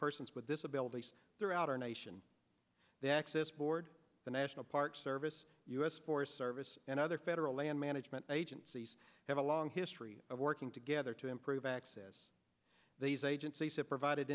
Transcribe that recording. persons with disabilities throughout our nation the access board the national park service u s forest service and other federal land management agencies have a long history of working together to improve access these agencies have provided